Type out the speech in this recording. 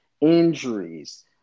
injuries